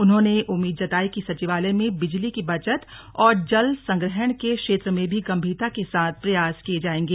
उन्होंने उम्मीद जताई कि सचिवालय में बिजली की बचत और जल संग्रहण के क्षेत्र में भी गम्भीरता के साथ प्रयास किये जाएंगे